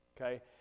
Okay